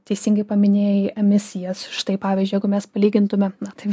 teisingai paminėjai emisijas štai pavyzdžiui jeigu mes palygintume na tai